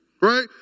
right